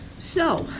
so,